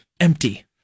empty